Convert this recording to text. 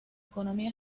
economía